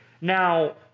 Now